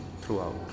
throughout